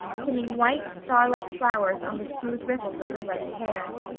pinning white, star-like flowers on the smooth ripples of her ruddy hair.